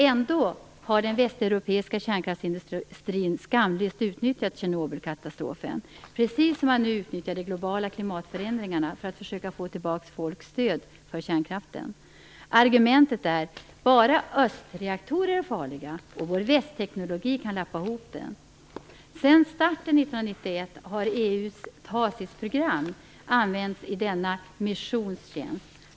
Ändå har den västeuropeiska kärnkraftsindustrin skamlöst utnyttjat Tjernobylkatastrofen, precis som man nu utnyttjar de globala klimatförändringarna för att försöka få tillbaka folks stöd för kärnkraften. Argumentet är att bara östreaktorer är farliga och att vår västteknologi kan lappa ihop den. Sedan starten 1991 har EU:s TACIS-program använts i denna missions tjänst.